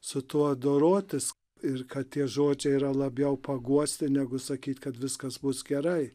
su tuo dorotis ir kad tie žodžiai yra labiau paguosti negu sakyti kad viskas bus gerai